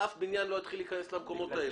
אף בניין לא יתחיל להיכנס למקומות האלה.